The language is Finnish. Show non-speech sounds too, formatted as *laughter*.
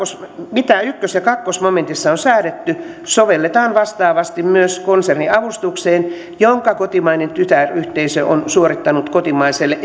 mitä yksi ja kaksi momentissa on säädetty sovelletaan vastaavasti myös konserniavustukseen jonka kotimainen tytäryhteisö on suorittanut kotimaiselle *unintelligible*